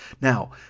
Now